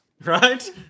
Right